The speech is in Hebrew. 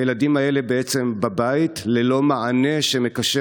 הילדים האלה בעצם בבית ללא מענה שמקשר